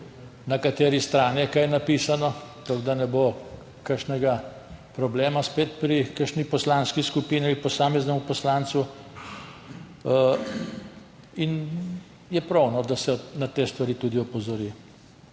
na kateri strani je kaj napisano, tako da ne bo kakšnega problema spet pri kakšni poslanski skupini ali posameznem poslancu. Prav je, da se na te stvari tudi opozori.